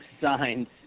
signs